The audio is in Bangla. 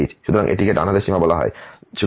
সুতরাং এটিকে ডান হাতের সীমা বলা হয়